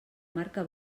marca